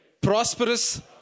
prosperous